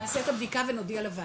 אנחנו נעשה את הבדיקה ונודיע לוועדה.